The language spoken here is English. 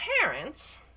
parents